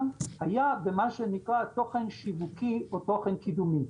היה במה שנקרא תוכן שיווקי או תוכן קידומי.